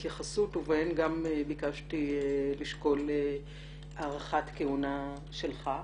התייחסות, ובה גם ביקשתי לשקול הארכת כהונה שלך.